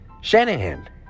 Shanahan